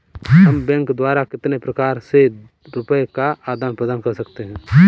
हम बैंक द्वारा कितने प्रकार से रुपये का आदान प्रदान कर सकते हैं?